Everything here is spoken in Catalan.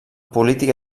política